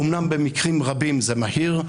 אמנם במקרים רבים זה מהיר,